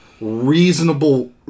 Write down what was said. reasonable